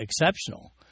exceptional